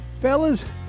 fellas